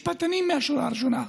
ממש פוליטיקה זולה.